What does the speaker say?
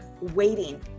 waiting